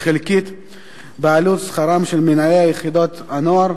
חלקית בעלות שכרם של מנהלי יחידות הנוער